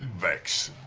vex.